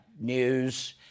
news